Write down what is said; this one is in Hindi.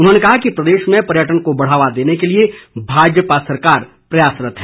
उन्होंने कहा कि प्रदेश में पर्यटन को बढ़ावा देने के लिए भाजपा सरकार प्रयासरत है